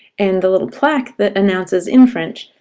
and the little plaque that announces in french,